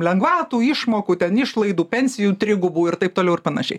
lengvatų išmokų ten išlaidų pensijų trigubų ir taip toliau ir panašiai